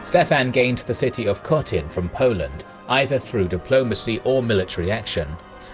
stephen gained the city of khotyn from poland either through the diplomacy or military action